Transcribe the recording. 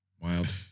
Wild